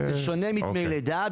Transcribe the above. זה שונה מדמי לידה.